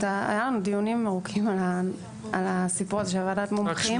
היו לנו דיונים ארוכים על הסיפור הזה של ועדת המומחים,